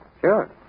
Sure